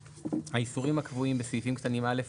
האיסורים הקבועים בסעיפים קטנים (א)